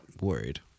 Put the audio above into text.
worried